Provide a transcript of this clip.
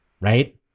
right